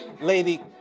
Lady